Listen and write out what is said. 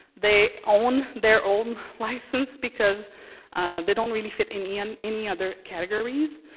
they own their own license because they don't really fit in in any other categories,